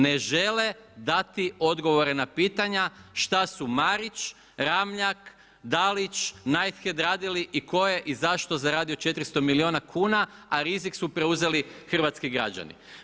Ne žele dati odgovore na pitanja šta su Marić, Ramljak, Dalić, Night head radili i tko je i zašto zaradio 400 milijuna kuna, a rizik su preuzeli hrvatski građani.